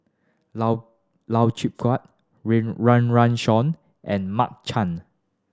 Lau Lau Chiap Khai Rain Run Run Shaw and Mark Chan